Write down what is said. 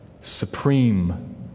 supreme